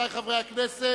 50 בעד, 24 נגד, אין נמנעים.